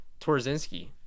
Torzinski